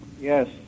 Yes